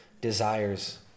desires